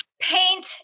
Paint